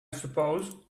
suppose